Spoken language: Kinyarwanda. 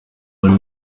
abari